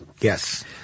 Yes